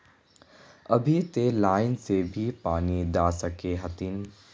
अभी ते लाइन से भी पानी दा सके हथीन?